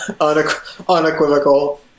Unequivocal